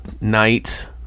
night